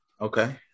okay